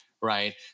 Right